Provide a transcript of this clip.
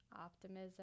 optimism